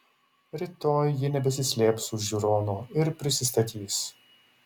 rytoj ji nebesislėps už žiūronų ir prisistatys